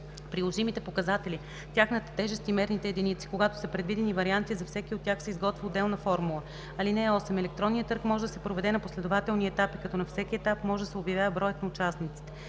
приложимите показатели, тяхната тежест и мерните единици. Когато са предвидени варианти, за всеки от тях се изготвя отделна формула. (8) Електронният търг може да се проведе на последователни етапи, като на всеки етап може да се обявява броят на участниците.